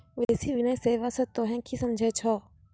विदेशी विनिमय सेवा स तोहें कि समझै छौ